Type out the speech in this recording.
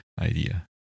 idea